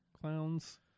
Clowns